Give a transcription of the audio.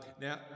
now